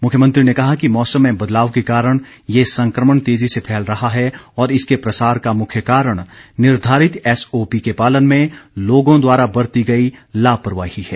मुख्यमंत्री ने कहा कि मौसम में बदलाव के कारण ये संक्रमण तेज़ी से फैल रहा है और इसके प्रसार का मुख्य कारण निर्धारित एसओपी के पालन में लोगों द्वारा बरती गई लापरवाही है